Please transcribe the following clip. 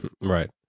Right